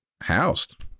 housed